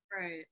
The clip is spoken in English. Right